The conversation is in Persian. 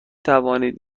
توانید